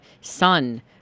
Son